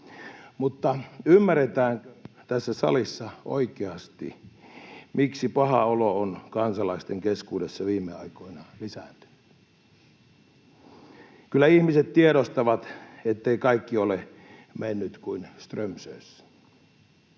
Mutta ymmärretäänkö tässä salissa oikeasti, miksi paha olo on kansalaisten keskuudessa viime aikoina lisääntynyt? Kyllä ihmiset tiedostavat, ettei kaikki ole mennyt kuin Strömsössä,